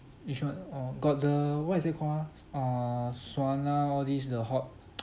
yishun oh got the what is it called ah err sauna all this the hot